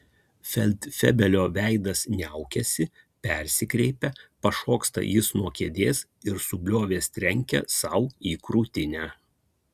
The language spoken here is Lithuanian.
feldfebelio veidas niaukiasi persikreipia pašoksta jis nuo kėdės ir subliovęs trenkia sau į krūtinę